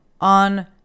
on